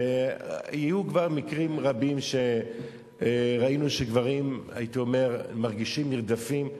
היו כבר מקרים רבים שראינו שגברים מרגישים נרדפים.